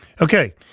Okay